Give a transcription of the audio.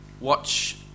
watch